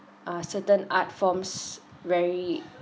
ah certain art forms very